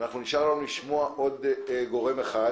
נשמע עוד גורם אחד